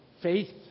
faith